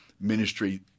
ministry